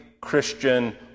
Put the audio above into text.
Christian